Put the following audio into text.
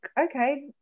okay